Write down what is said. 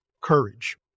Courage